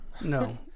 No